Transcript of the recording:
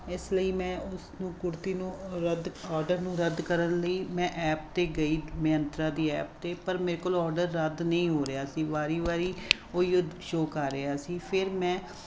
ਇਸ ਲਈ ਮੈਂ ਉਸਨੂੰ ਕੁੜਤੀ ਨੂੰ ਰੱਦ ਓਡਰ ਨੂੰ ਰੱਦ ਕਰਨ ਲਈ ਮੈਂ ਐਪ 'ਤੇ ਗਈ ਮਿਅੰਤਰਾ ਦੀ ਐਪ 'ਤੇ ਪਰ ਮੇਰੇ ਕੋਲ ਓਡਰ ਰੱਦ ਨਹੀਂ ਹੋ ਰਿਹਾ ਸੀ ਵਾਰ ਵਾਰ ਉਹ ਹੀ ਸ਼ੋ ਕਰ ਰਿਹਾ ਸੀ ਫਿਰ ਮੈਂ